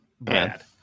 bad